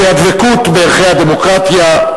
כי הדבקות בערכי הדמוקרטיה,